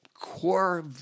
core